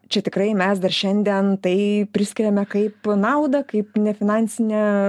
čia tikrai mes dar šiandien tai priskiriame kaip naudą kaip nefinansinę